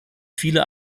viele